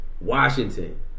Washington